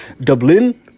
Dublin